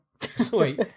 Sweet